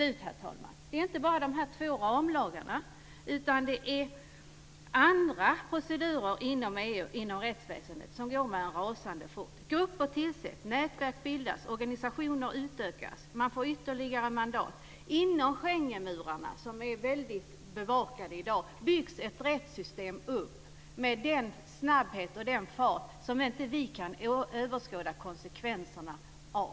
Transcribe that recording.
Det gäller inte bara de här två ramlagarna, utan det finns andra procedurer inom rättsväsendet i EU som går med en rasande fart. Grupper tillsätts, nätverk bildas, organisationer utökas och man får ytterligare mandat. Inom Schengenmurarna, som är väldigt bevakade i dag, byggs ett rättssystem upp med en snabbhet och fart som vi inte kan överskåda konsekvenserna av.